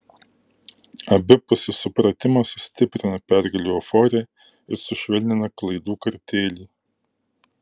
abipusis supratimas sustiprina pergalių euforiją ir sušvelnina klaidų kartėlį